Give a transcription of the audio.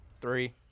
three